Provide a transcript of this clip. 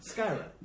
Skyra